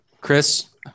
Chris